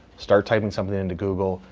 start typing something into google,